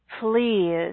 please